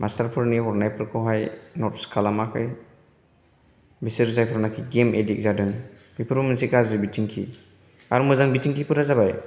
मासतारफोरनि हरनायफोरखौहाय नत्स खालामाखै बिसोर जायफोरनोखि गेम एदिक्त जादों बेफोरबो मोनसे गाज्रि बिथिंखि आरो मोजां बिथिंखिफोरा जाबाय